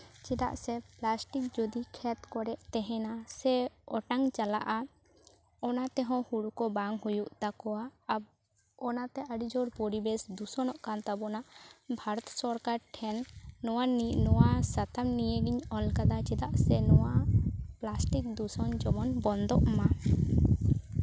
ᱪᱮᱫᱟᱜ ᱥᱮ ᱯᱞᱟᱥᱴᱤᱠ ᱡᱚᱫᱤ ᱠᱷᱮᱛ ᱠᱚᱨᱮᱫ ᱛᱟᱦᱮᱱᱟ ᱥᱮ ᱚᱴᱟᱝ ᱪᱟᱞᱟᱜᱼᱟ ᱚᱱᱟ ᱛᱮᱦᱚᱸ ᱦᱩᱲᱩ ᱠᱚ ᱵᱟᱝ ᱦᱩᱭᱩᱜ ᱛᱟᱠᱚᱣᱟ ᱟᱵᱚ ᱚᱱᱟᱛᱮ ᱟᱹᱰᱤ ᱡᱳᱨ ᱯᱚᱨᱤᱵᱮᱥ ᱫᱩᱥᱚᱱᱚᱜ ᱠᱟᱱ ᱛᱟᱵᱚᱱᱟ ᱵᱷᱟᱨᱚᱛ ᱥᱚᱨᱠᱟᱨ ᱴᱷᱮᱱ ᱱᱚᱣᱟ ᱥᱟᱛᱟᱢ ᱱᱤᱭᱮ ᱜᱤᱧ ᱚᱞ ᱟᱠᱟᱫᱟ ᱪᱮᱫᱟᱜ ᱥᱮ ᱱᱚᱣᱟ ᱯᱞᱟᱥᱴᱤᱠ ᱫᱩᱥᱚᱱ ᱡᱮᱢᱚᱱ ᱵᱚᱱᱫᱚᱜ ᱢᱟ